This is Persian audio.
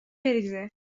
بریزه